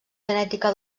genètica